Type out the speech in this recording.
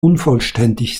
unvollständig